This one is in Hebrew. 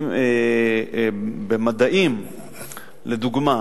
במדעים לדוגמה,